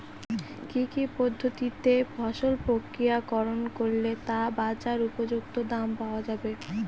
কি পদ্ধতিতে ফসল প্রক্রিয়াকরণ করলে তা বাজার উপযুক্ত দাম পাওয়া যাবে?